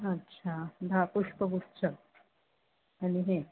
अच्छा दहा पुष्पगुच्छ आणि हे